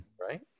right